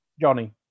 Johnny